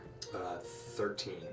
Thirteen